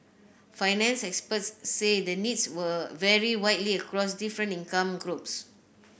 finance experts said the needs were vary widely across different income groups